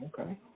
Okay